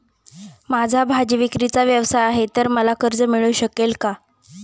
माझा भाजीविक्रीचा व्यवसाय आहे तर मला कर्ज मिळू शकेल का?